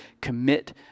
commit